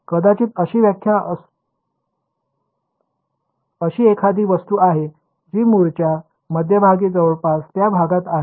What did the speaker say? कदाचित अशी एखादी वस्तू आहे जी मूळच्या मध्यभागी जवळपास त्या भागात आहे